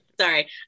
Sorry